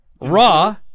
Raw